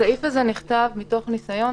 הסעיף הזה נכתב מתוך ניסיון